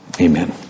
amen